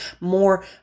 more